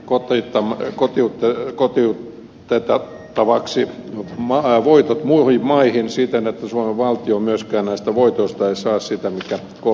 kookkaita kotiuttajia kohti siirtohinnoilla kotiutettaviksi voitot muihin maihin siten että suomen valtio ei myöskään näistä voitoista saa sitä mikä sille kohtuudella kuuluisi